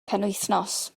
penwythnos